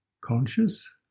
conscious